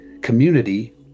community